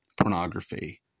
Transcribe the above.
pornography